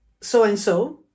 so-and-so